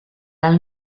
del